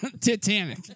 Titanic